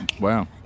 Wow